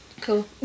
cool